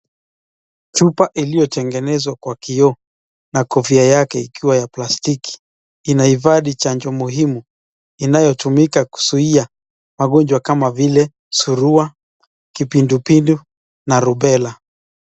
Chupa iliyotengenezwa kwa kioo na kofia yake ikiwa ya plastiki inahifadhi chanjo muhimu inayotumika kuzuia magonjwa kama vile surua, kipindupindu na (cs)rubella(cs).